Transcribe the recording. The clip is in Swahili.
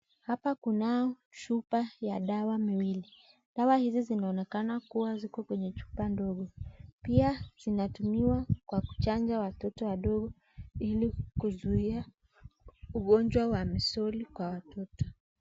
Hapa kunao chupa ya dawa miwili, dawa hizi zinaonekana kuwa ziko kwenye chupa ndogo pia zinatumiwa kwa kuchanja watoto wadogo ili kuzuia ugonjwa wa misoli kwa watoto.